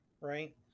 right